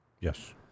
Yes